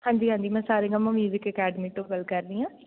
ਹਾਂਜੀ ਹਾਂਜੀ ਮੈਂ ਸਾ ਰੇ ਗਾ ਮਾ ਮਿਊਜ਼ਿਕ ਅਕੈਡਮੀ ਤੋਂ ਗੱਲ ਕਰ ਰਹੀ ਹਾਂ